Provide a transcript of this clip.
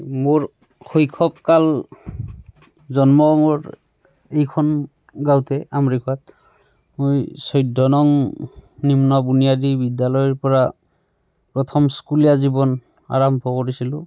মোৰ শৈশৱকাল জন্ম মোৰ এইখন গাৱঁতে আমৰিখোৱাত মই চৈধ্য নং নিম্ন বুনিয়াদী বিদ্যালয়ৰ পৰা প্ৰথম স্কুলীয়া জীৱন আৰম্ভ কৰিছিলোঁ